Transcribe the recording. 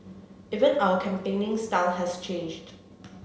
even our campaigning style has changed